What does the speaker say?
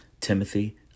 Timothy